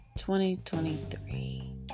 2023